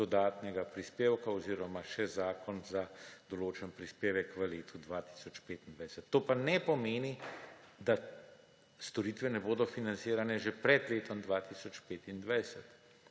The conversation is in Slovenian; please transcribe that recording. dodatnega prispevka oziroma še zakon za določen prispevek v letu 2025. To pa ne pomeni, da storitve ne bodo financirane že pred letom 2025.